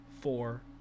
four